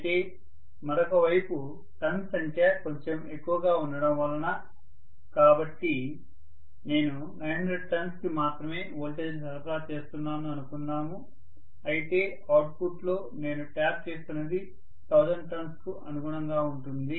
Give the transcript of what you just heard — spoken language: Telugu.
అయితే మరొక వైపు టర్న్స్ సంఖ్య కొంచెం ఎక్కువగా ఉండటం వలన కాబట్టి నేను 900 టర్న్స్ కి మాత్రమే వోల్టేజ్ను సరఫరా చేస్తున్నాను అనుకుందాము అయితే అవుట్పుట్లో నేను ట్యాప్ చేస్తున్నది 1000 టర్న్స్ కు అనుగుణంగా ఉంటుంది